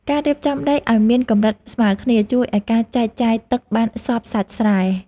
ការរៀបចំដីឱ្យមានកម្រិតស្មើគ្នា ជួយឱ្យការចែកចាយទឹកបានសព្វសាច់ស្រែ។